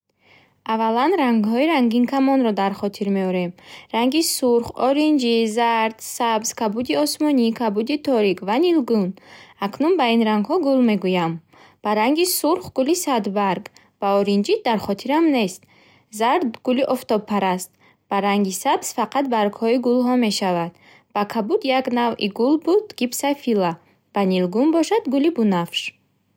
Аввалан рангҳои рангинкамонро дар хотир меорем. Ранги сурх, оринҷӣ, зард, сабз, кабуди осмонӣ, кабуди торик ва нилгӯн. Акнун ба ин рангҳо гул мегуям. Ба ранги сурх гули садбарг. Ба оринҷӣ дар хотирам нест. Зард гули офтобпараст. Ба ранги сабз факат баргҳои гулҳо мешавад. Ба кабуд як навъи гул буд гипсофила. Ба нилгӯн бошад гули бунафш.